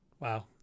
Wow